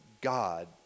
God